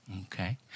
Okay